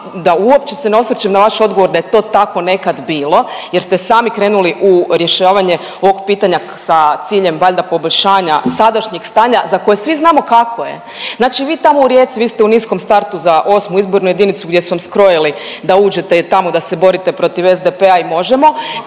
da uopće se ne osvrćem na vaš odgovor da je to tako nekad bilo jer ste sami krenuli u rješavanje ovo pitanja sa ciljem valjda poboljšanja sadašnjeg stanja za koje svi znamo kako je. Znači vi tamo u Rijeci vi ste u niskom startu za 8. izbornu jedinicu gdje su vam skrojili da uđete i tamo da se borite protiv SDP-a i Možemo,